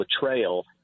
betrayal